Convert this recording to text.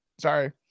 Sorry